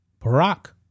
Barack